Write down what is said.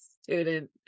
student